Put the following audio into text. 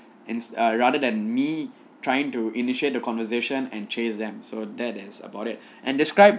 it's ah rather than me trying to initiate the conversation and chase them so that is about it and described